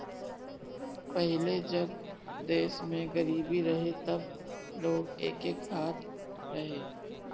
पहिले जब देश में गरीबी रहे तब लोग एके खात रहे